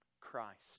Christ